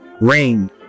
rain